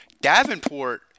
Davenport